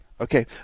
okay